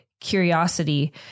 curiosity